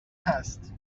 هست